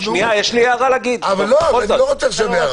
לא רוצה הערה.